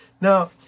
Now